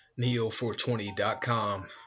Neo420.com